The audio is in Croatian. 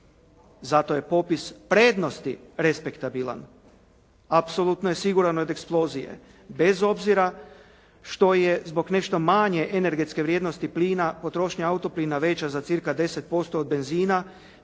Zato je popis prednosti respektabilan. Apsolutno je siguran od eksplozije, bez obzira što je zbog nešto manje energetske vrijednosti plina potrošnja auto plina veća za cca 10% od benzina,